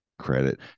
credit